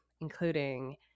including